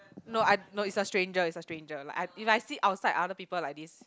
no I no it's a stranger it's a stranger like I if I sit outside other people like this